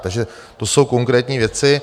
Takže to jsou konkrétní věci.